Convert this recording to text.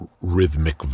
rhythmic